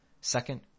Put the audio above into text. Second